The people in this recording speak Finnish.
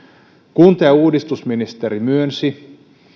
kunta ja uudistusministeri myönsi